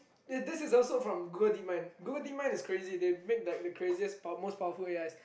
this is also from Google DeepMind Google DeepMind is crazy they make like the craziest power~ most powerful A_Is